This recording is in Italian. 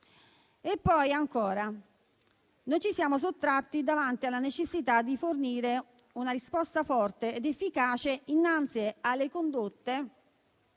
Poi, ancora, non ci siamo sottratti alla necessità di fornire una risposta forte ed efficace innanzi alle condotte